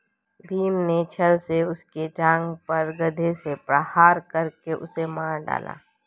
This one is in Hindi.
भीम ने छ्ल से उसकी जांघ पर गदा से प्रहार करके उसे मार डाला